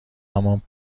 همان